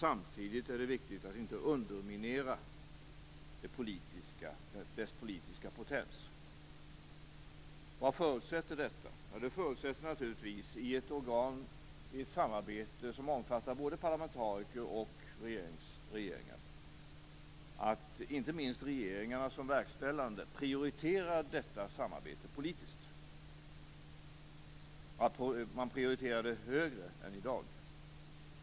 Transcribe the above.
Samtidigt är det viktigt att inte underminera dess politiska potens. Vad förutsätter detta? Jo, det förutsätter naturligtvis ett samarbete i ett organ som omfattar både parlamentariker och regeringar. Det förutsätter också att inte minst regeringar som verkställande organ prioriterar detta samarbete politiskt, att man prioriterar det högre än vad man gör i dag.